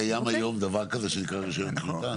קיים היום דבר כזה שנקרא רישיון כריתה?